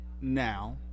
now